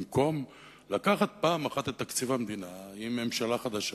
במקום לקחת פעם אחת את תקציב המדינה עם ממשלה חדשה,